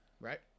Right